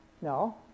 No